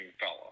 fellow